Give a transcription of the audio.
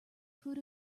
food